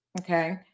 okay